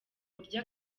buryo